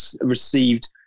received